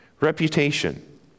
Reputation